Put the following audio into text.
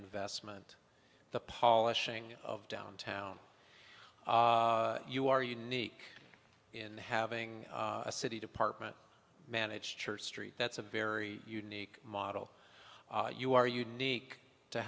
reinvestment the polishing of downtown you are unique in having a city department manage church street that's a very unique model you are unique to